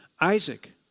Isaac